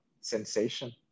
Sensation